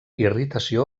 irritació